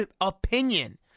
opinion